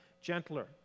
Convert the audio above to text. gentler